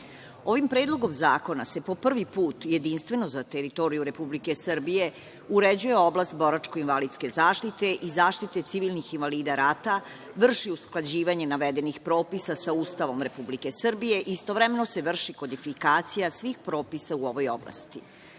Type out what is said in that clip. predlogom zakona se po prvi put jedinstveno za teritoriju Republike Srbije uređuje oblast boračko-invalidske zaštite i zaštite civilnih invalida rata, vrši usklađivanje navedenih propisa sa Ustavom Republike Srbije i istovremeno se vrši kodifikacija svih propisa u ovoj oblasti. Još